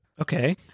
okay